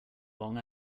long